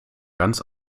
ganz